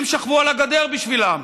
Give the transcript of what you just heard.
הם שכבו על הגדר בשבילם,